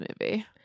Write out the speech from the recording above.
movie